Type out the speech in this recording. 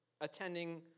attending